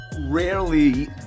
Rarely